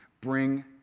Bring